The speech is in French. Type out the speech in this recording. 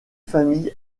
familles